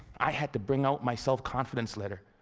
i had to bring out my self-confidence letter.